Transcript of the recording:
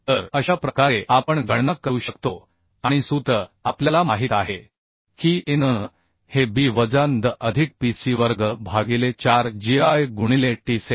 तर अशा प्रकारे आपण गणना करू शकतो आणि सूत्र आपल्याला माहित आहे की a n हे b वजा ndh अधिक PSIवर्ग भागिले 4 gi गुणिले tअसेल